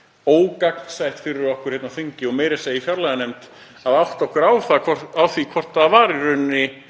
er mjög ógagnsætt fyrir okkur hér á þingi og meira að segja í fjárlaganefnd að átta okkur á því hvort það var í rauninni